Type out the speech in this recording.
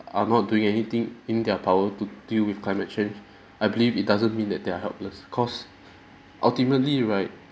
are not doing anything in their power to deal with climate change I believe it doesn't mean that they're helpless cause ultimately right